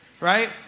right